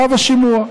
שלב השימוע.